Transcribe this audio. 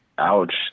Ouch